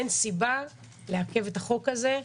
אין סיבה לעכב את החוק הזה.